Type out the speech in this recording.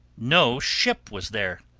no ship was there!